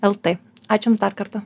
lt ačiū jums dar kartą